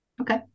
Okay